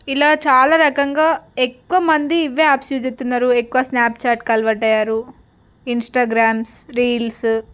ఇలా చాలా రకంగా ఎక్కువ మంది ఇవే యాప్స్ యూజ్ చేస్తున్నారు ఎక్కువ స్నాప్చాట్కి అలవాటయ్యారు ఇంస్టాగ్రామ్స్ రీల్స్